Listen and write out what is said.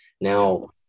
Now